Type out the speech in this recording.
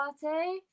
party